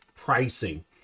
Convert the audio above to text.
pricing